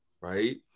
right